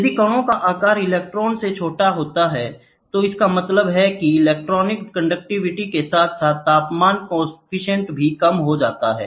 यदि कणों का आकार इलेक्ट्रॉन से छोटा है तो इसका मतलब है कि इलेक्ट्रॉनिक कंडक्टिविटी के साथ साथ तापमान कॉफीसेंट भी कम हो जाता है